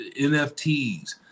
NFTs